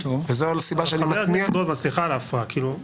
וזו הסיבה שאני מתניע --- סליחה על ההפרעה חבר הכנסת רוטמן,